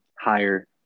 higher